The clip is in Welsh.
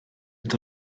ond